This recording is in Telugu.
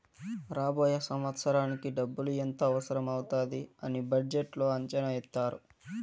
రాబోయే సంవత్సరానికి డబ్బులు ఎంత అవసరం అవుతాది అని బడ్జెట్లో అంచనా ఏత్తారు